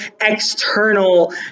external